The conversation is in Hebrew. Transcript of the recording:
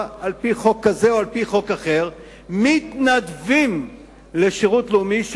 על-פי חוק כזה או אחר מתנדבים לשירות לאומי.